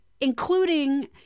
Including